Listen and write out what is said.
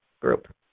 group